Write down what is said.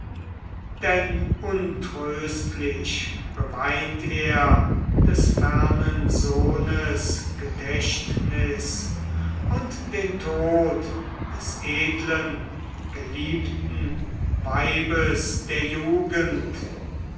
denn untröstlich beweint er des fernen sohnes gedächtnis und den tod des edlen geliebten weibes der jugend